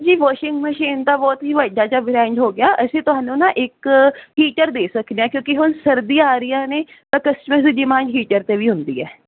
ਜੀ washing machine ਤਾਂ ਬਹੁਤ ਹੀ ਵੱਡਾ ਜਿਹਾ ਬਰੈਂਡ ਹੋ ਗਿਆ ਅਸੀਂ ਤੁਹਾਨੂੰ ਨਾ ਇੱਕ ਹੀਟਰ ਦੇ ਸਕਦੇ ਆਂ ਕਿਉਂਕੀ ਹੁਣ ਸਰਦੀਆਂ ਆ ਰਹੀਆਂ ਨੇ ਤਾਂ ਕਸਟਮਰਸ ਦੀ ਡਿਮਾਂਡ ਹੀਟਰ 'ਤੇ ਵੀ ਹੁੰਦੀ ਹੈ